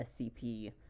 scp